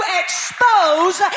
expose